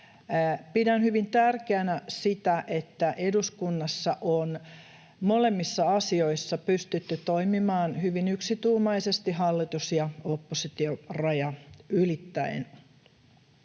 Pidän hyvin tärkeänä sitä, että eduskunnassa on molemmissa asioissa pystytty toimimaan hyvin yksituumaisesti hallitus ja oppositio ‑raja ylittäen.